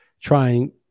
trying